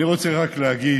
אני רוצה רק להגיד,